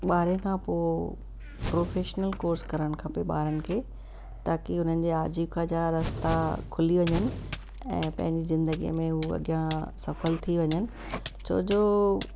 ॿारहें खां पोइ प्रोफेशनल कोर्स करणु खपे ॿारनि खे ताकी उन्हनि जी आजीविका जा रस्ता खुली वञनि ऐं पंहिंजी ज़िंदगीअ में उहा अॻियां सफल थी वञनि छो जो